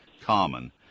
common